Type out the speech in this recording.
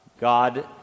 God